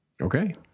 Okay